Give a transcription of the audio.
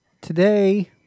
Today